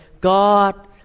God